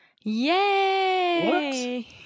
Yay